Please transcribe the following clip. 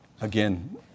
again